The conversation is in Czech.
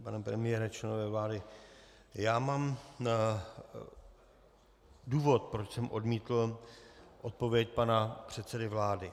Pane premiére, členové vlády, já mám důvod, proč jsem odmítl odpověď pana předsedy vlády.